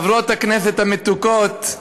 חברות הכנסת המתוקות,